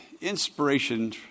inspiration